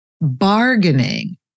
bargaining